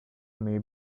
may